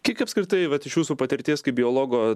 kiek apskritai vat iš jūsų patirties kaip biologo